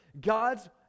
God's